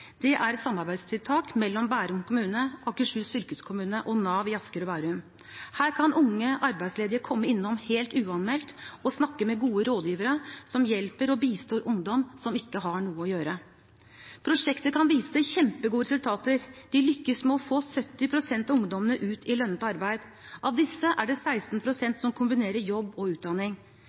Det er et samarbeidstiltak mellom Bærum kommune, Akershus fylkeskommune og Nav i Asker og Bærum. Her kan unge arbeidsledige komme innom helt uanmeldt og snakke med gode rådgivere som hjelper og bistår ungdom som ikke har noe å gjøre. Prosjektet kan vise til kjempegode resultater. De lykkes med å få 70 pst. av ungdommene ut i lønnet arbeid. Av disse er det 16 pst. som kombinerer jobb og utdanning.